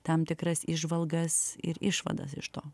tam tikras įžvalgas ir išvadas iš to